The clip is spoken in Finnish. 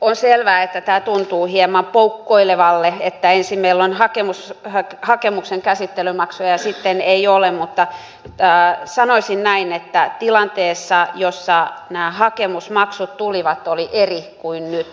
on selvää että tämä tuntuu hieman poukkoilevalle että ensin meillä on hakemuksen käsittelymaksu ja sitten ei ole mutta sanoisin näin että tilanne jossa nämä hakemusmaksut tulivat oli eri kuin nyt